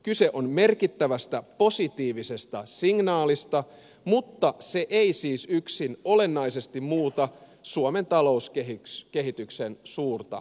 kyse on merkittävästä positiivisesta signaalista mutta se ei siis yksin olennaisesti muuta suomen talouskehityksen suurta kuvaa